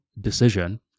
decision